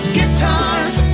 Guitars